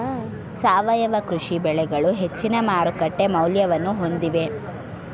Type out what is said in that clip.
ಸಾವಯವ ಕೃಷಿ ಬೆಳೆಗಳು ಹೆಚ್ಚಿನ ಮಾರುಕಟ್ಟೆ ಮೌಲ್ಯವನ್ನು ಹೊಂದಿವೆ